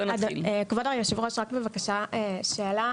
כבוד יושב הראש, רק בבקשה שאלה.